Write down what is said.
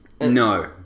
No